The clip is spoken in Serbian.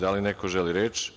Da li neko želi reč?